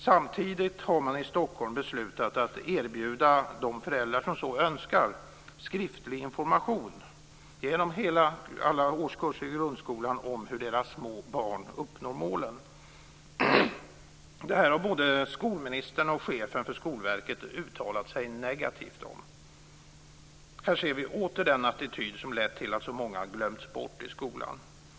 Samtidigt har man i Stockholm beslutat att erbjuda de föräldrar som så önskar skriftlig information genom hela grundskolan om hur deras små barn uppnår målen. Detta har både skolministern och chefen för Skolverket uttalat sig negativt om. Här ser vi åter den attityd som lett till att så många glömts bort i skolan.